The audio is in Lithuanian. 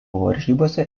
varžybose